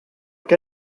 què